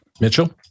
Mitchell